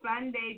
Sunday